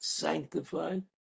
sanctified